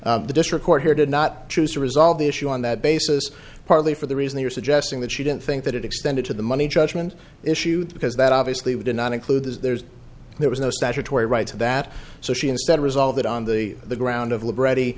the district court here did not choose to resolve the issue on that basis partly for the reason they were suggesting that she didn't think that it extended to the money judgment issue because that obviously would not include there's there was no statutory right to that so she instead resolve it on the the ground of lib